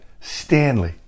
Stanley